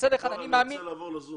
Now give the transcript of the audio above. לדעתי זו